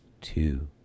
two